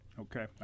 Okay